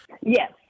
Yes